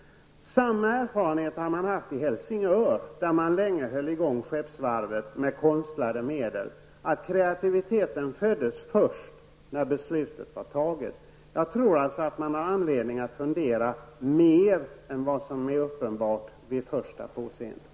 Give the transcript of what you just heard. Samma erfarenhet har man haft i Helsingör, där man länge höll i gång skeppsvarvet med konstlade medel: Kreativiteten föddes först när beslutet om nedläggning var fattat. Jag tror alltså att man har anledning att fundera mer än vad som vid första påseendet är uppenbart.